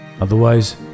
Otherwise